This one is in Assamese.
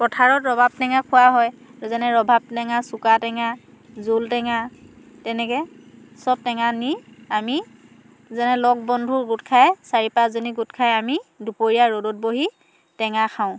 পথাৰত ৰবাব টেঙা খোৱা হয় যেনে ৰবাব টেঙা চুকা টেঙা জোল টেঙা তেনেকৈ চব টেঙা নি আমি যেনে লগ বন্ধু গোট খাই চাৰি পাঁচজনী গোট খাই আমি দুপৰীয়া ৰ'দত বহি টেঙা খাওঁ